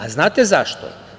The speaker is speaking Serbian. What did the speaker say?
A znate zašto?